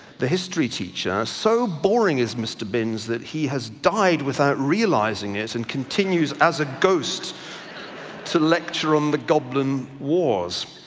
the history teacher. so boring is mr. binns that he has died without realising it and continues as a ghost to lecture on the goblin wars.